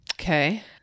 Okay